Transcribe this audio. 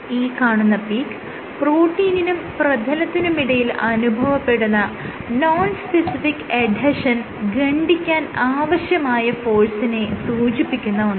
ഈ കാണുന്ന പീക്ക് പ്രോട്ടീനിനും പ്രതലത്തിനുമിടയിൽ അനുഭവപ്പെടുന്ന നോൺ സ്പെസിഫിക് എഡ്ഹെഷൻ ഖണ്ഡിക്കാൻ ആവശ്യമായ ഫോഴ്സിനെ സൂചിപ്പിക്കുന്ന ഒന്നാണ്